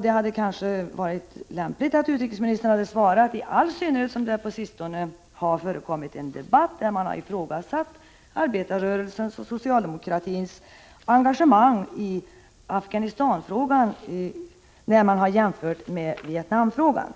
Det hade kanske varit lämpligt att utrikesministern hade svarat, i all synnerhet som det på sistone har förekommit en debatt där man ifrågasatt arbetarrörelsens och socialdemokratins engagemang i Afghanistan-frågan och därvid jämfört med Vietnam-frågan.